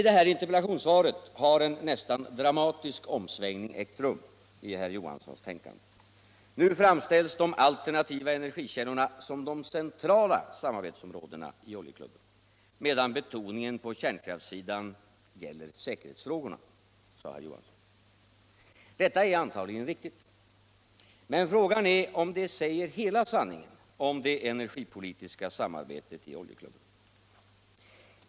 Det här interpellationssvaret visar att en nästan dramatisk omsvängning har ägt rum i herr Johanssons tänkande. Nu framställs de alternativa energikällorna som de centrala samarbetsområdena i Oljeklubben, medan betoningen på kärnkraftssidan gäller säkerhetsfrågorna, som herr Johansson sade. Detta är antagligen riktigt. Men frågan är om det säger hela sanningen om det energipolitiska samarbetet i Oljeklubben.